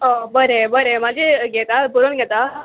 बरें बरें म्हाजें घेता बरोवन घेता